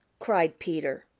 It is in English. cried peter.